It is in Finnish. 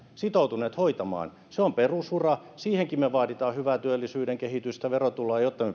sitoutuneet hoitamaan se on perusura siihenkin me vaadimme hyvää työllisyyden kehitystä verotuloa jotta